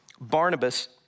Barnabas